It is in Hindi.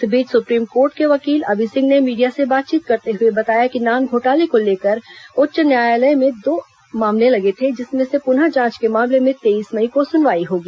इस बीच सुप्रीम कोर्ट के वकील अवि सिंह ने मीडिया से बातचीत करते हुए बताया कि नान घोटाले को लेकर उच्च न्यायालय में दो मामले लगे थे जिसमें से पुनः जांच के मामले में तेईस मई को सुनवाई होगी